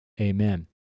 Amen